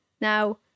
Now